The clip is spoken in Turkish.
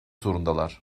zorundalar